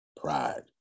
pride